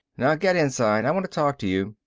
now get inside, i want to talk to you.